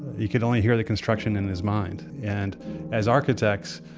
he could only hear the construction in his mind. and as architects,